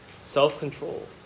self-control